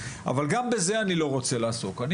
אבל גם בזה אני לא רוצה לעסוק,